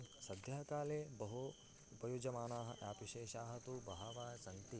सद्यः काले बहु उपयुज्यमानाः एप् विशेषाः तु बहवः सन्ति